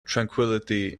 tranquillity